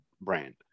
brand